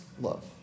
love